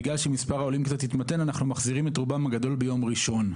בגלל שמספר העולים קצת התמתן אנחנו מחזירים את רובם הגדול ביום ראשון.